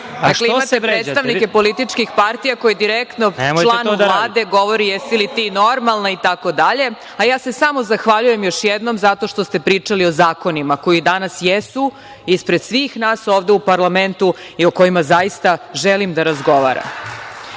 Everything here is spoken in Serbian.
Dakle, imate predstavnike političkih partija koji direktno članu Vladu govori – jesi li ti normalna, itd., a ja se samo zahvaljujem još jednom zato što ste pričali o zakonima koji danas jesu ispred svih nas ovde u parlamentu i o kojima zaista želim da razgovaram. Takođe,